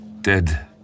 dead